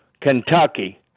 Kentucky